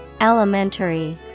Elementary